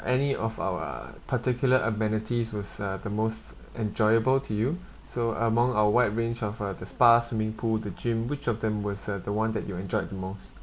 any of our particular amenities was uh the most enjoyable to you so among our wide range of uh the spa swimming pool the gym which of them was uh the [one] that you enjoyed the most